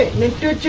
minister